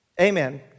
amen